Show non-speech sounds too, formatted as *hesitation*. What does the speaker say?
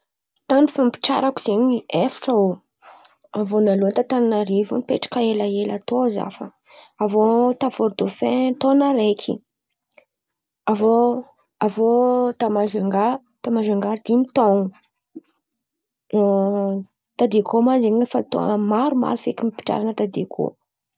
Tan̈y fa nipitrahako zen̈y efatra tao vôlalohan̈y zen̈y ta Tanarivo nipetraka elaela tao zah, avô Fôrdôfin taon̈a raiky, avô ta Mazenga dimy taon̈a, *hesitation* ta Diego ma zen̈y efa taon̈o maromaro feky nipitrahan̈a ta Diego.